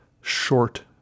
short